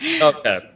Okay